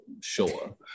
sure